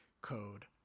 Code